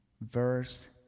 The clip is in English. Verse